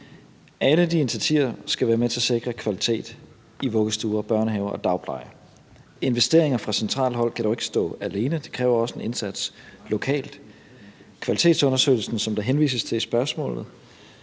Alle de initiativer skal være med til at sikre kvalitet i vuggestuer, børnehaver og dagplejen. Investeringer fra centralt hold kan dog ikke stå alene. Det kræver også en indsats lokalt. Kvalitetsundersøgelsen, som der henvises til i spørgsmålet,